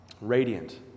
radiant